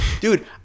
Dude